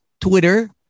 Twitter